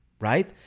Right